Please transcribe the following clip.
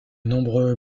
nombreux